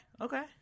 Okay